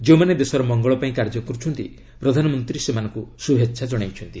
ଯେଉଁମାନେ ଦେଶର ମଙ୍ଗଳ ପାଇଁ କାର୍ଯ୍ୟ କରୁଛନ୍ତି ପ୍ରଧାନମନ୍ତ୍ରୀ ସେମାନଙ୍କୁ ଶୁଭେଚ୍ଛା ଜଣାଇଛନ୍ତି